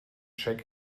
check